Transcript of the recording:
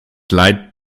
leid